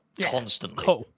constantly